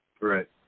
Right